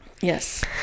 Yes